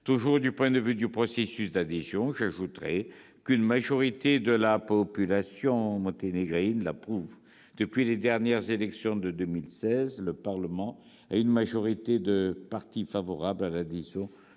toujours du point de vue du processus d'adhésion, j'ajoute qu'une majorité de la population monténégrine l'approuve. Depuis les dernières élections de 2016, la majorité du Parlement est constituée de partis favorables à l'adhésion du